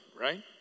Right